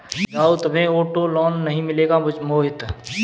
जाओ, तुम्हें auto loan नहीं मिलेगा मोहित